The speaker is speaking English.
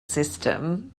system